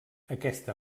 aquesta